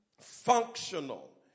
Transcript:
Functional